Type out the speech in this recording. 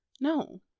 no